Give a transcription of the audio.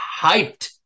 hyped